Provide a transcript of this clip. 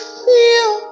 feel